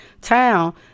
town